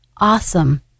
awesome